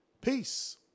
Peace